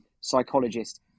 psychologist